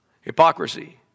Hypocrisy